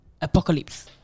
apocalypse